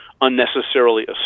unnecessarily